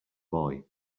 boy